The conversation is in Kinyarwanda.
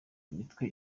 imitwe